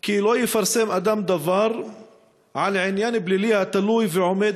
כי "לא יפרסם אדם דבר על עניין פלילי התלוי ועומד